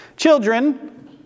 Children